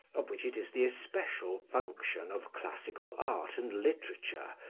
of which it is the especial function of classical art and literature,